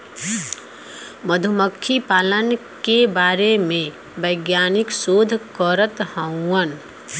मधुमक्खी पालन के बारे में वैज्ञानिक शोध करत हउवन